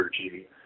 energy